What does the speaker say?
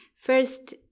First